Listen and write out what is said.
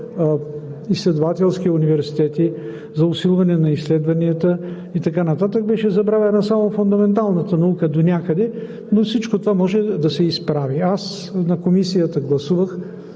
изследователски университети, за усилване на изследванията и така нататък, беше забравена само фундаменталната наука донякъде, но всичко това може да се изправи. На Комисията гласувах